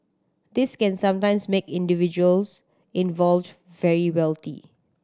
this can sometimes make individuals involved very wealthy